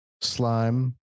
slime